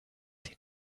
sie